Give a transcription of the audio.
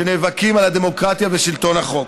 שנאבקים על הדמוקרטיה ושלטון החוק.